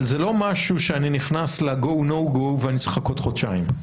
אבל זה לא משהו שאני נכנס ל-go no go ואני צריך לחכות חודשיים.